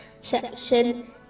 section